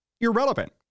Irrelevant